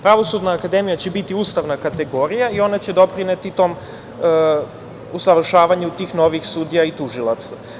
Pravosudna akademija će biti ustavna kategorija i ona će doprineti tom usavršavanju tih novih sudija i tužilaca.